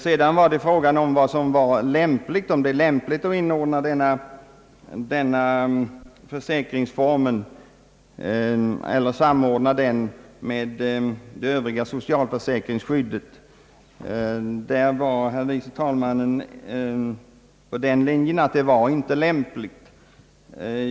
Vidare gäller det frågan om det var lämpligt att samordna denna försäkringsform med det övriga socialförsäkringsskyddet. Herr förste vice talmannen var inne på den linjen att detta inte var lämpligt.